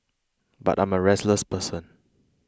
but I'm a restless person